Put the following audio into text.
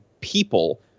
people